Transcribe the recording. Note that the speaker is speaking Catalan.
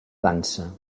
dansa